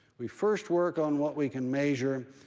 we first work on what we can measure,